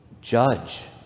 Judge